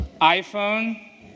iPhone